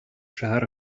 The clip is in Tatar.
шәһәр